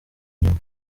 inyuma